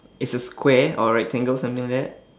it's a square or a rectangle something like that